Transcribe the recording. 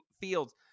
fields